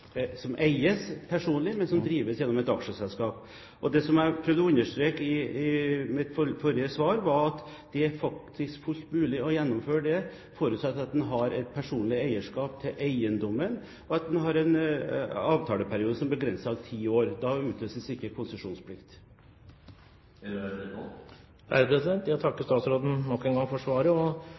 som eies personlig, men som drives gjennom et aksjeselskap. Det som jeg prøvde å understreke i mitt forrige svar, var at det er faktisk fullt mulig å gjennomføre det, forutsatt at en har et personlig eierskap til eiendommen, og at en har en avtaleperiode som er begrenset til ti år – da utløses ikke konsesjonsplikt. Jeg takker statsråden nok en gang for svaret, og